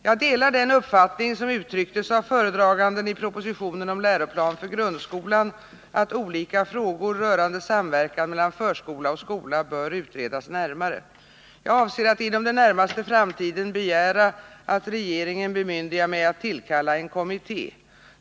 Jag delar den uppfattning som uttrycktes av föredraganden i propositionen om läroplan för grundskolan att olika frågor rörande samverkan mellan förskola och skola bör utredas närmare. Jag avser att inom den närmaste framtiden begära att regeringen bemyndigar mig att tillkalla en kommitté.